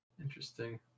Interesting